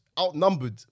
Outnumbered